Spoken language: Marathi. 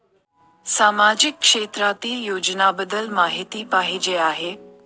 सामाजिक क्षेत्रातील योजनाबद्दल माहिती पाहिजे आहे?